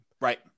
Right